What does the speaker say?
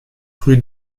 rue